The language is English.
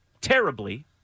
terribly